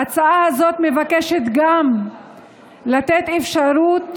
ההצעה הזו מבקשת גם לתת אפשרות